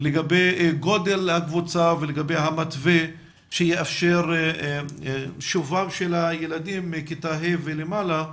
לגבי גודל הקבוצה ולגבי המתווה שיאפשר שובם של הילדים מכיתה ה' ומעלה,